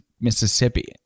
Mississippi